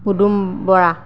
Padum Bora